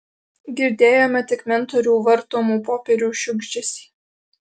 girdėjome tik mentorių vartomų popierių šiugždesį